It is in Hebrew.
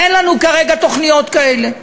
אין לנו כרגע תוכניות כאלה,